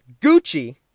Gucci